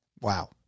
Wow